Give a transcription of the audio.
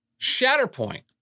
Shatterpoint